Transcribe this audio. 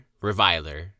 reviler